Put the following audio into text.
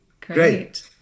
Great